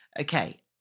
Okay